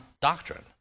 doctrine